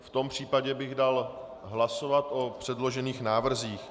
V tom případě bych dal hlasovat o předložených návrzích.